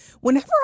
Whenever